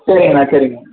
சரிங்கண்ணா சரிங்க